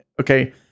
okay